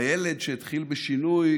והילד שהתחיל בשינוי,